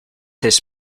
his